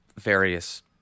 various